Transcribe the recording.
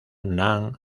nan